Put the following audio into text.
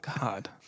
god